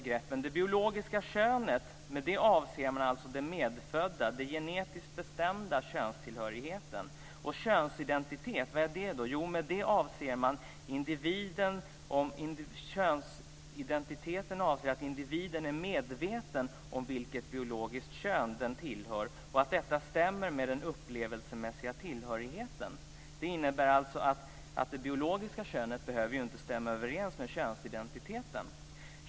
Med det biologiska könet menar man den medfödda, den genetiskt bestämda, könstillhörigheten. Könsidentitet - vad är det då? Jo, med det avser man att individen är medveten om vilket biologiskt kön den tillhör och att detta stämmer med den upplevelsemässiga tillhörigheten. Det innebär alltså att det biologiska könet inte behöver stämma överens med könsidentiteten.